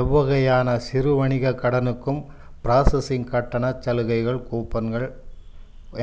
எவ்வகையான சிறு வணிகக் கடனுக்கும் பிராசஸிங் கட்டணச் சலுகைகள் கூப்பன்கள்